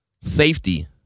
Safety